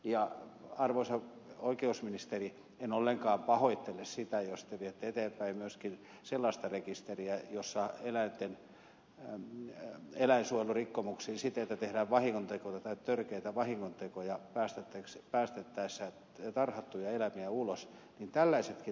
ja arvoisa oikeusministeri en ollenkaan pahoittele sitä jos te viette eteenpäin myöskin sellaista rekisteriä jossa on eläinsuojelurikkomuksia siten että kun tehdään vahingontekoja tai törkeitä vahingontekoja päästettäessä tarhattuja eläimiä ulos niin tällaisetkin henkilöt voidaan rekisteröidä